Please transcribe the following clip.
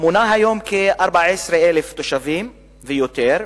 מונה היום כ-14,000 תושבים ויותר.